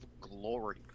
Glory